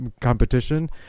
competition